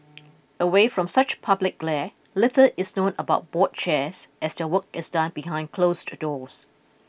away from such public glare little is known about board chairs as their work is done behind closed doors